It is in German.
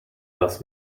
das